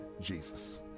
jesus